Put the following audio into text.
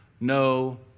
no